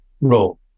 role